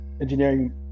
engineering